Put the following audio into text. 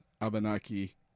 Abenaki